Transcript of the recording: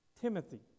Timothy